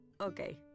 Okay